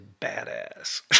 badass